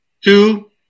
two